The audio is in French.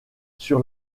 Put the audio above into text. sur